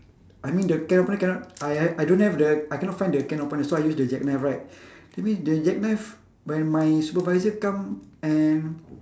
I mean the can opener cannot I I don't have the I cannot find the can opener so I used the jackknife right that means the jackknife when my supervisor come and